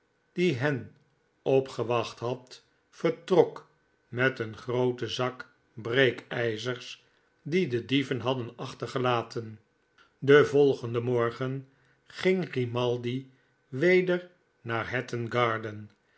die hen opgewacht had vertrok met een grooten zak breekijzers dien de dieven hadden achtergelaten den volgenden morgen ging grimaldi weder naar hatton garden